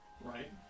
right